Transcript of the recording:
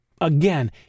Again